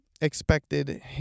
expected